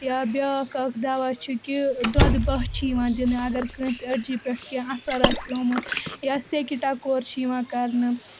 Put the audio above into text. یا بیاکھ اکھ دَوا چھُ کہِ دۄدٕ باہہ چھِ یِوان دِنہٕ اگر کٲنٛسہِ أڈجہِ پٮ۪ٹھ کینٛہہ اَثَر آسہِ پیٚومُت یا سیٚکہِ ٹَکور چھِ یِوان کَرنہٕ